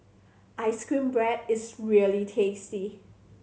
ice cream bread is really tasty